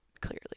clearly